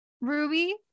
Ruby